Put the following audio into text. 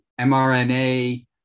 MRNA